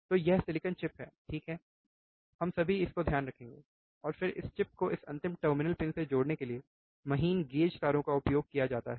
तो यह silicon chip है ठीक है हम सभी इसको ध्यान रखेंगे और फिर इस चिप को इस अंतिम टर्मिनल पिन से जोड़ने के लिए महीन गेज तारों का उपयोग किया जाता है